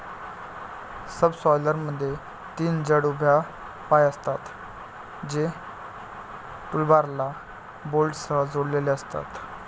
सबसॉयलरमध्ये तीन जड उभ्या पाय असतात, जे टूलबारला बोल्टसह जोडलेले असतात